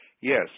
Yes